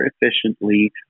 efficiently